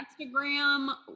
Instagram